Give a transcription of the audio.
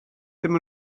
ddim